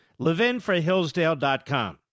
levinforhillsdale.com